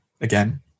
again